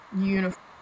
uniform